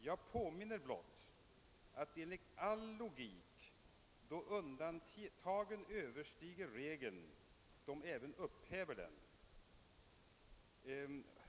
»Jag påminner blott att enligt all logik, då undantagen överstiga regeln, de även upphäva den.